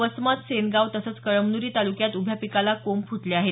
वसमत सेनगाव तसंच कळमनुरी तालुक्यात उभ्या पिकाला कोंब फुटले आहेत